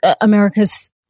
America's